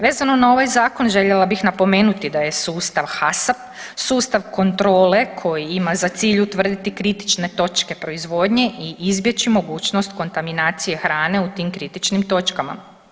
Vezano na ovaj zakon željela bih napomenuti da je sustav HACCP sustav kontrole koji ima za cilj utvrditi kritične točke proizvodnje i izbjeći mogućnost kontaminacije hrane u tim kritičkim točkama.